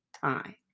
time